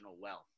wealth